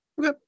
Okay